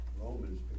Romans